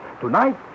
Tonight